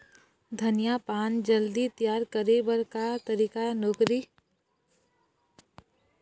धनिया पान जल्दी तियार करे बर का तरीका नोकरी?